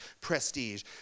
prestige